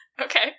Okay